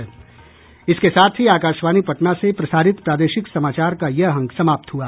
इसके साथ ही आकाशवाणी पटना से प्रसारित प्रादेशिक समाचार का ये अंक समाप्त हुआ